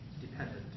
dependent